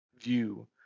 view